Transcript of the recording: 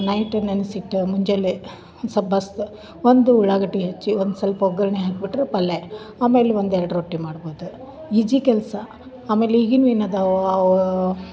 night ನೆನ್ಸಿಟ್ಟು ಮುಂಜಾನೆ ಸಬ್ಬಾಸ್ದ್ ಒಂದು ಉಳಾಗಡ್ಡಿ ಹೆಚ್ಚಿ ಒಂದು ಸ್ವಲ್ಪ ಒಗ್ಗರಣೆ ಹಾಕ್ಬಿಟ್ಟರೆ ಪಲ್ಯ ಆಯ್ತು ಆಮೇಲೆ ಒಂದೆರಡು ರೊಟ್ಟಿ ಮಾಡ್ಬೋದು ಈಜಿ ಕೆಲಸ ಆಮೇಲೆ ಈಗಿನ ಏನು ಅದವೋ ಅವು